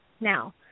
now